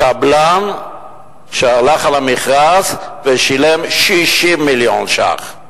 קבלן שהלך על המכרז ושילם 60 מיליון ש"ח.